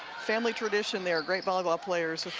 family tradition there great volleyball players